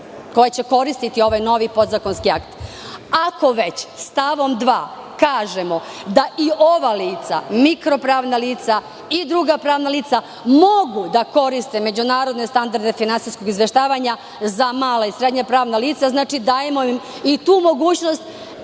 koja će koristiti ovaj novi podzakonski akt. Ako već stavom 2. kažemo da i ova lica, mikro pravna lica i druga pravna lica mogu da koriste međunarodne standarde finansijskog izveštavanja za mala i srednja pravna lica, znači, dajemo im i tu mogućnost,